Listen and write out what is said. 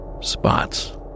Spots